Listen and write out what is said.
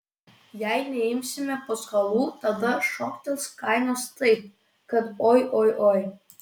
jei neimsime paskolų tada šoktels kainos taip kad oi oi oi